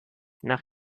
nach